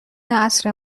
عصر